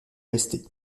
resté